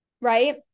right